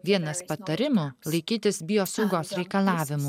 vienas patarimo laikytis biosaugos reikalavimų